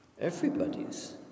everybody's